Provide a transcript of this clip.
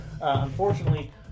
Unfortunately